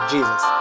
Jesus